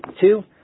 Two